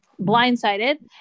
blindsided